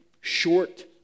short